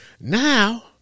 Now